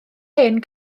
hen